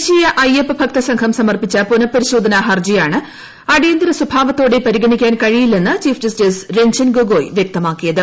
ദേശീയ അയ്യപ്പ ഭക്ത സംഘം സമർപ്പിച്ച പുനപ്പരിശോധന ഹർജിയാണ് അടിയന്തര സ്വഭാവത്തോടെ പരിഗണിക്കാൻ കഴിയില്ലെന്ന് ചീഫ് ജസ്റ്റിസ് രഞ്ജൻ ഗഗോയ് വ്യക്തമാക്കിയത്